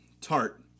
tart